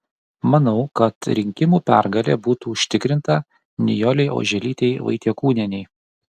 manau kad rinkimų pergalė būtų užtikrinta nijolei oželytei vaitiekūnienei